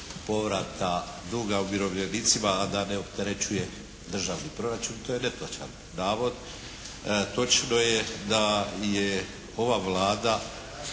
povrata duga umirovljenicima, a da ne opterećuje državni proračun. To je netočan navod. Točno je da je ova Vlada